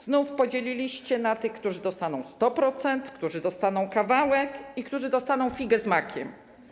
Znów podzieliliście ludzi na tych, którzy dostaną 100%, którzy dostaną kawałek i którzy dostaną figę z makiem.